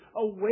away